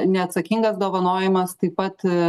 neatsakingas dovanojimas taip pat